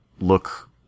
look